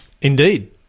Indeed